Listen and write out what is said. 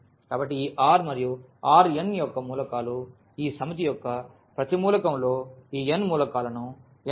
కాబట్టి ఈ R మరియు R n యొక్క మూలకాలు ఈ సమితి యొక్క ప్రతి మూలకంలో ఈ n మూలకాలను n భాగాలు కలిగి ఉంటాయి